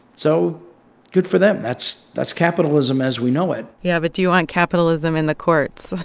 so good for them. that's that's capitalism as we know it yeah, but do you want capitalism in the courts?